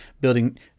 building